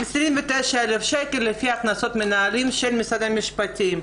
29 אלף שקל לפי קנסות מנהלתיים של משרד המשפטים.